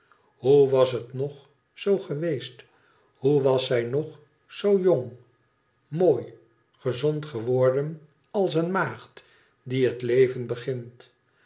hoe was het nog zoo geweest hoe was zij nog zoo jong mooi gezond geworden als een maagd die het leven begint